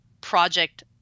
project